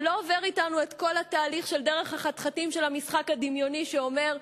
הוא לא עובר אתנו את כל התהליך של דרך החתחתים של המשחק הדמיוני שאומר: